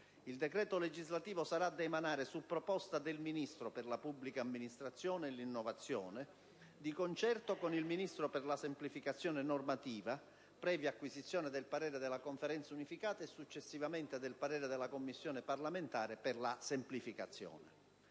Il decreto legislativo sarà da emanare su proposta del Ministro per la pubblica amministrazione e l'innovazione, di concerto con il Ministro per la semplificazione normativa, previa acquisizione del parere della Conferenza unificata e, successivamente, del parere della Commissione parlamentare per la semplificazione.